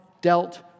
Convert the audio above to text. dealt